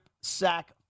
sack